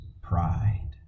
Pride